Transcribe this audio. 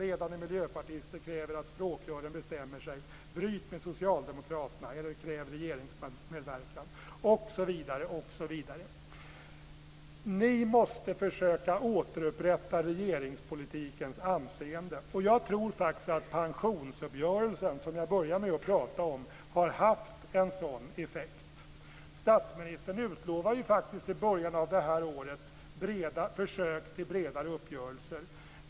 "Ledande miljöpartister kräver att språkrören bestämmer sig: Bryt med socialdemokraterna eller kräv regeringsmedverkan", osv. Ni måste försöka återupprätta regeringspolitikens anseende. Jag tror att pensionsuppgörelsen, som jag började med att prata om, har haft en sådan effekt. Statsministern utlovade i början av året försök till bredare uppgörelser.